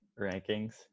rankings